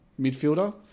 midfielder